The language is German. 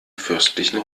fürstlichen